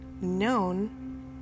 known